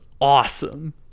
awesome